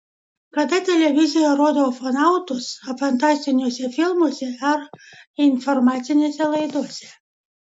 kada televizija rodo ufonautus fantastiniuose filmuose ar informacinėse laidose